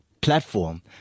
platform